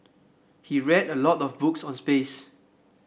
he read a lot of books on space